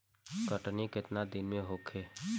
कटनी केतना दिन में होखे?